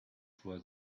for